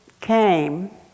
came